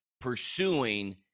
pursuing